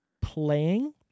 playing